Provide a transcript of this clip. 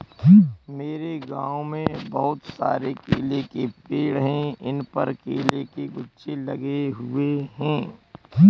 मेरे गांव में बहुत सारे केले के पेड़ हैं इन पर केले के गुच्छे लगे हुए हैं